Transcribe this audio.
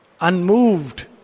unmoved